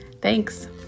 Thanks